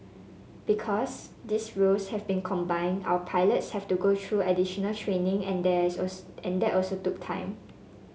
because these roles have been combined our pilots have to go through additional training and that also that also took time